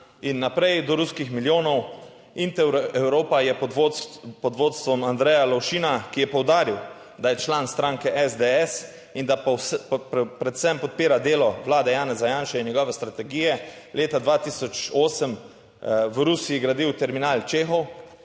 In naprej, do ruskih milijonov Intereuropa je pod vodstvom Andreja Lovšina, ki je poudaril, da je član stranke SDS in da predvsem podpira delo vlade Janeza Janše in njegove strategije, leta 2008 v Rusiji gradil terminal Čehov.